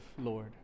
Lord